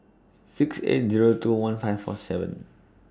six eight Zero two one five four seven